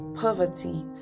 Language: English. poverty